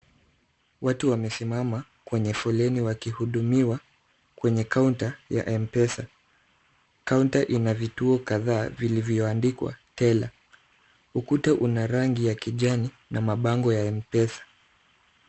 Watu wamesimama kwenye foleni wakihudumiwa kwenye kaunta ya Mpesa. Kaunta ina vituo kadhaa viliyoandikwa teller . Ukuta una rangi ya kijani na mabango ya Mpesa.